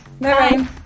Bye